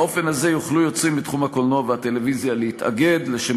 באופן הזה יוכלו יוצרים מתחום הקולנוע והטלוויזיה להתאגד לשם